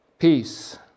peace